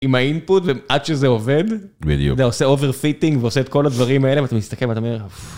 עם האינפוט ועד שזה עובד, בדיוק. זה עושה אוברפיטינג ועושה את כל הדברים האלה ואתה מסתכל ואתה אומר: פפ.